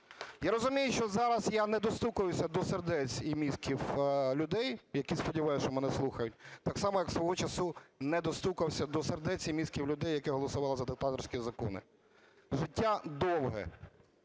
Я розумію, що зараз я не достукаюся до сердець і мізків людей, які, сподіваюсь, що мене слухають, так само, як свого часу не достукався до сердець і мізків людей, які голосували за диктаторські закони. Життя довге